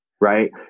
right